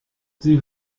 sie